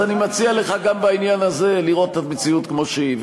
אז אני מציע לך גם בעניין הזה לראות את המציאות כמו שהיא.